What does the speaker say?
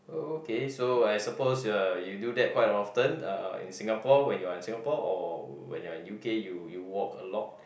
oh okay so I suppose uh you do that quite often uh in Singapore when you are in Singapore or when you are in U_K you you walk a lot